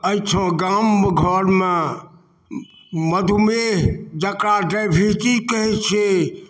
एहिठाँ गाम घरमे मधुमेह जेकरा डाइभटीज कहैत छै